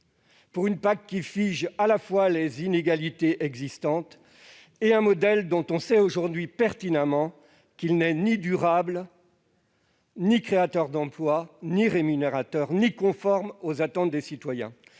du quasi-, qui fige à la fois les inégalités existantes et un modèle dont on sait aujourd'hui pertinemment qu'il n'est ni durable, ni créateur d'emploi, ni rémunérateur, ni conforme aux attentes des citoyens.